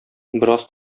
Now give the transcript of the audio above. бераз